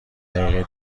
دقیقه